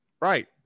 Right